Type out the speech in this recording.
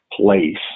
place